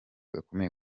gakomeye